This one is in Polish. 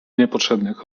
niepotrzebnych